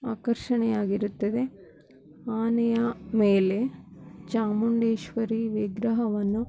ಆಕರ್ಷಣೆ ಆಗಿರುತ್ತದೆ ಆನೆಯ ಮೇಲೆ ಚಾಮುಂಡೇಶ್ವರಿ ವಿಗ್ರಹವನ್ನು